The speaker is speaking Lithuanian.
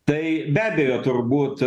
tai be abejo turbūt